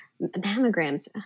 mammograms